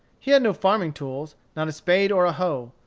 he had no farming tools not a spade or a hoe.